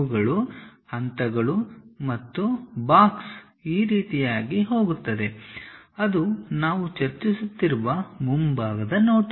ಇವುಗಳು ಹಂತಗಳು ಮತ್ತು ಬಾಕ್ಸ್ ಈ ರೀತಿಯಾಗಿ ಹೋಗುತ್ತದೆ ಅದು ನಾವು ಚರ್ಚಿಸುತ್ತಿರುವ ಮುಂಭಾಗದ ನೋಟ